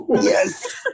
Yes